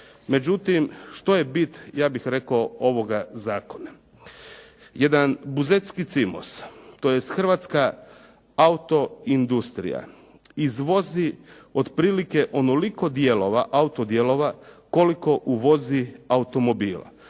Međutim, što je bit ja bih rekao ovoga zakona? Jedan buzetski "Cimos" tj. hrvatska auto industrija izvozi otprilike onoliko auto-dijelova koliko uvozi automobila.